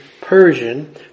Persian